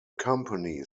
company